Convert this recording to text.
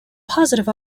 positive